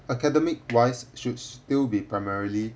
academic wise should still be primarily